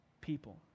people